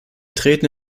treten